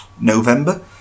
November